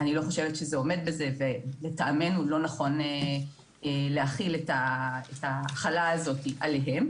אני לא חושבת שזה עומד בזה ולטעמנו לא נכון להחיל את ההחלה הזאת עליהם.